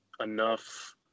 enough